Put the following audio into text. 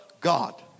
God